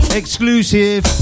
exclusive